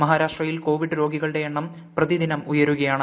മഹാരാഷ്ട്രയിൽ കോവിഡ് രോഗികളുടെ എണ്ണം പ്രതിദിനം ഉയരുകയാണ്